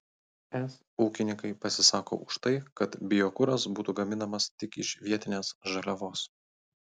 es ūkininkai pasisako už tai kad biokuras būtų gaminamas tik iš vietinės žaliavos